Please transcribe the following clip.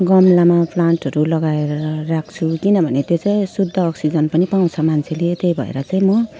गमलामा प्लान्टहरू लगाएर राख्छु किनभने त्यसै सुत्दा अक्सिजन पनि पाउँछ मान्छेले त्यही भएर चाहिँ म